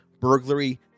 burglary